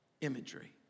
imagery